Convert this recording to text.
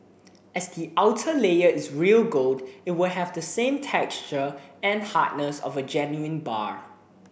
as the outer layer is real gold it will have the same texture and hardness of a genuine bar